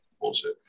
Bullshit